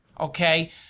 Okay